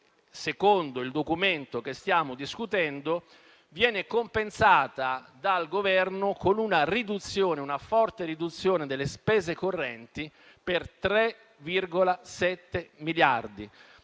secondo il documento che stiamo discutendo, viene compensato dal Governo con una forte riduzione delle spese correnti per 3,7 miliardi,